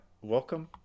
Welcome